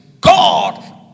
God